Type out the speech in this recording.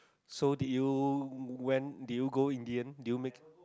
so did you went do you go in the end do you make